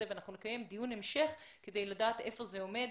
ואנחנו נקיים דיון המשך כדי לדעת היכן זה עומד.